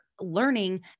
learning